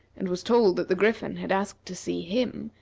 and was told that the griffin had asked to see him,